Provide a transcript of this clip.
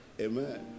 Amen